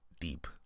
deep